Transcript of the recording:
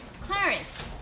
Clarence